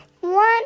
one